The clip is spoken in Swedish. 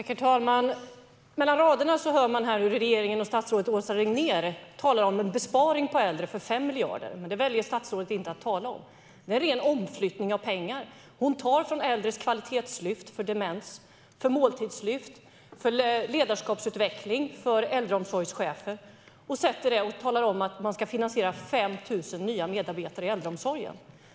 Herr talman! Mellan raderna hör man här hur regeringen och statsrådet Åsa Regnér talar om en besparing på äldre på 5 miljarder. Men det väljer statsrådet att inte tala om. Det är en ren omflyttning av pengar. Hon tar från äldres kvalitetslyft när det gäller demens, från måltidslyft, från ledarskapsutveckling för äldreomsorgschefer och talar om att man ska finansiera 5 000 nya medarbetare i äldreomsorgen.